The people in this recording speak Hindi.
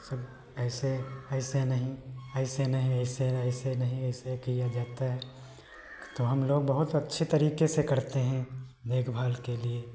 सब ऐसे ऐसे नहीं ऐसे नहीं ऐसे नहीं ऐसे किया जाता है तो हमलोग बहुत अच्छे तरीके से करते हैं देखभाल के लिए